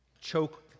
choke